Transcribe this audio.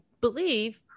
believe